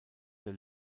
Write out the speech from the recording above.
der